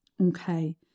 Okay